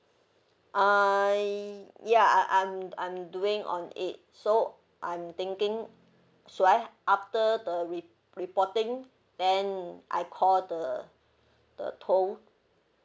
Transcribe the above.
uh ya I'm I'm I'm doing on it so I'm thinking should I after the rep~ reporting then I call the the tow